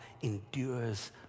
endures